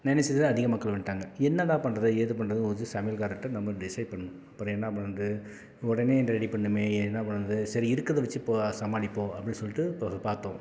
நினச்சது அதிக மக்கள் வந்துட்டாங்க என்னடா பண்ணுறது ஏது பண்ணுறதும் போது சமையல்காரர்கிட்டா நம்ம டிசைட் பண்ணணும் அப்பறம் என்ன பண்ணுறது உடனே இதை ரெடி பண்ணணுமே என்ன பண்ணுறது சரி இருக்கிறத வச்சி இப்போது சமாளிப்போம் அப்படின்னு சொல்லிட்டு போய் பார்த்தோம்